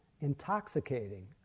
intoxicating